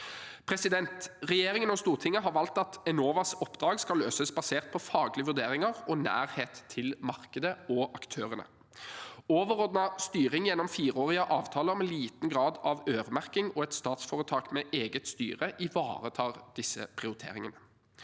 våre i sum. Regjeringen og Stortinget har valgt at Enovas oppdrag skal løses basert på faglige vurderinger og nærhet til markedet og aktørene. Overordnet styring gjennom fireårige avtaler med liten grad av øremerking og et statsforetak med eget styre ivaretar disse prioriteringene.